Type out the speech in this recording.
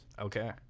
Okay